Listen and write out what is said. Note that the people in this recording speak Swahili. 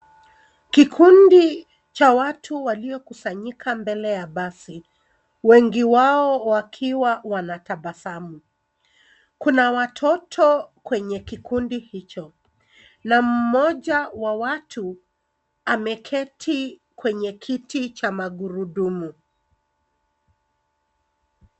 Kikundi cha watu walio kusanyika mbele ya basi. Wengi wao wakiwa wanatabasamu. Kuna watoto kwenye kikundi hicho na mmoja wa watu ameketi kwenye kiti cha magurudumu.